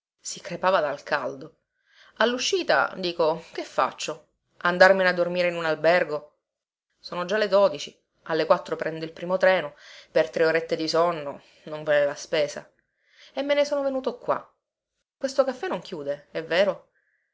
teatro si crepava dal caldo alluscita dico che faccio andarmene a dormire in un albergo sono già le dodici alle quattro prendo il primo treno per tre orette di sonno non vale la spesa e me ne sono venuto qua questo caffè non chiude è vero